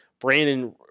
Brandon